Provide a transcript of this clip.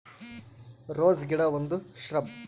rose ಗಿಡ ಒಂದು shrub